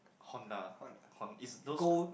Honda it's those